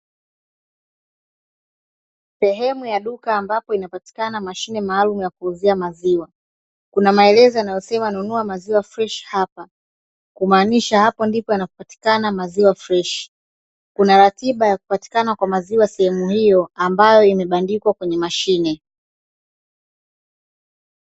Sehemu ya duka ambapo inapatikana mashine maalumu ya kuuzia maziwa, kuna maelezo yanayosema;"Nunua maziwa freshi hapa", kumaanisha kwamba hapa ndipo yanapopatikana maziwa freshi. Pia, kuna ratiba ya upatikanaji wa maziwa katika sehemu hiyo, ambayo imebandikwa kwenye mashine.